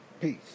peace